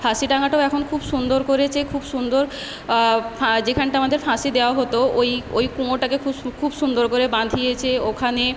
ফাঁসি ডাঙ্গাটাও এখন খুব সুন্দর করেছে খুব সুন্দর ফাঁঁ যেখানটা আমাদের ফাঁসি দেওয়া হতো ওই ওই কুঁয়োটাকে খুব সু খুব সুন্দর করে বাঁধিয়েছে ওখানে